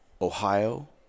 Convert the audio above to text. Ohio